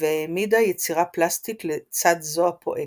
והעמידה יצירה פלסטית לצד זו הפואטית.